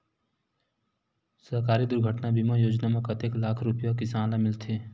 सहकारी दुर्घटना बीमा योजना म कतेक लाख रुपिया किसान ल मिलथे?